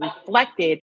reflected